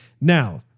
Now